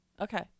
okay